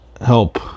help